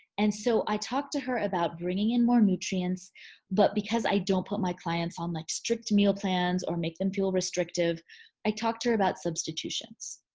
and so, i talked to her about bringing in more nutrients but because i don't put my clients on like strict meal plans or make them feel restrictive i talked to her about substitutions.